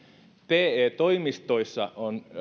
te toimistoissa on